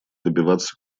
добиваться